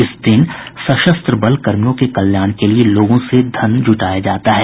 इस दिन सशस्त्र बल कर्मियों के कल्याण के लिए लोगों से धन जुटाया जाता है